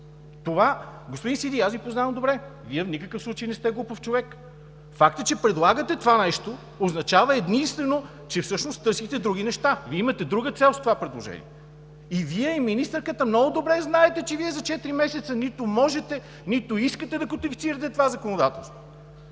Господин Сиди, аз Ви познавам добре. Вие в никакъв случай не сте глупав човек. Фактът, че предлагате това нещо, означава единствено, че всъщност търсите други неща – Вие имате друга цел с това предложение. И Вие, и министърката много добре знаете, че за четири месеца нито можете, нито искате да кодифицирате това законодателство.